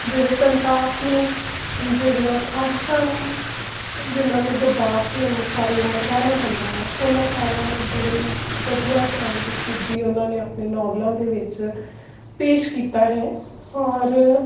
ਜਿਹੜੇ ਸੰਤਾਪ ਨੇ ਜਿਹੜੀਆਂ ਖਾਹਿਸ਼ਾਂ ਨੇ ਜਿੰਨ੍ਹਾਂ ਨੂੰ ਦਬਾ ਕੇ ਉਹਨੂੰ ਸਾਰੀ ਉਮਰ ਰਹਿਣਾ ਪੈਂਦਾ ਹੈ ਉਹਨਾਂ ਸਾਰਿਆਂ ਨੂੰ ਬੜੀ ਵਧੀਆ ਤਰ੍ਹਾਂ ਬਖੂਬੀ ਉਹਨਾਂ ਨੇ ਆਪਣੇ ਨੌਵਲਾਂ ਦੇ ਵਿੱਚ ਪੇਸ਼ ਕੀਤਾ ਹੈ ਔਰ